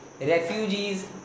Refugees